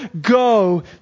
go